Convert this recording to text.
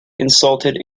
insulted